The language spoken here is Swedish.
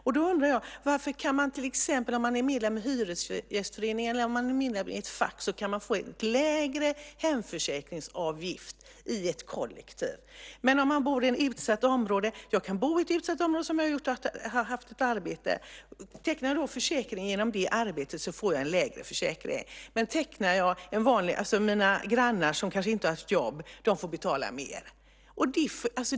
Varför kan man till exempel om man är medlem i Hyresgästföreningen eller om man är medlem i ett fack, i ett kollektiv, få en lägre hemförsäkringsavgift? Man kan bo i ett utsatt område, som jag har gjort, och ha arbete. Tecknar jag försäkring genom arbetet får jag en lägre premie. Men mina grannar, som kanske inte har jobb, får betala mer.